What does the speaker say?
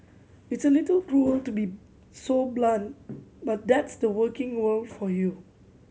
it's a little cruel to be so blunt but that's the working world for you